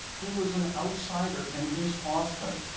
he was an outsider in east boston.